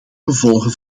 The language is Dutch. gevolgen